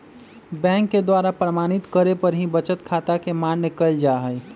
bank के द्वारा प्रमाणित करे पर ही बचत खाता के मान्य कईल जाहई